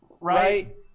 right